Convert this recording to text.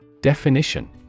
Definition